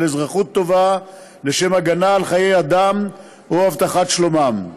אזרחות טובה לשם הגנה על חיי אדם או הבטחת שלומם.